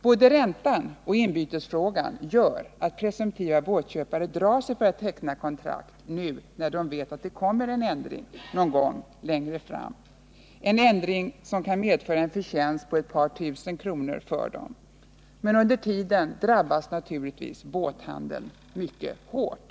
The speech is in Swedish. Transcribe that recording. Både räntan och inbytesfrågan gör att presumtiva båtköpare drar sig för att teckna kontrakt nu, när de vet att det kommer en ändring någon gång längre fram — en ändring som kan medföra en förtjänst på ett par tusen kronor för dem. Men under tiden drabbas naturligtvis Nr 56 båthandeln mycket hårt.